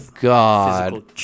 God